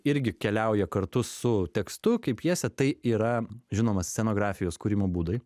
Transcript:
irgi keliauja kartu su tekstu kaip pjesė tai yra žinoma scenografijos kūrimo būdai